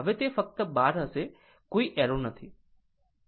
અહીં તે ફક્ત બાર હશે કોઈ એરો નહીં